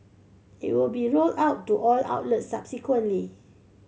it will be rolled out to all outlets subsequently